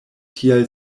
tial